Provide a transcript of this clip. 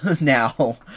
now